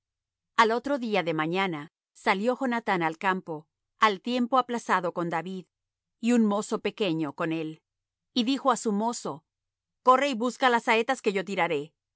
al otro día de mañana salió jonathán al campo al tiempo aplazado con david y un mozo pequeño con él y dijo á su mozo corre y busca las saetas que yo tirare